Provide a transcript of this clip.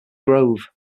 grove